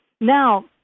Now